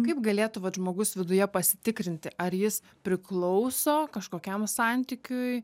kaip galėtų vat žmogus viduje pasitikrinti ar jis priklauso kažkokiam santykiui